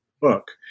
book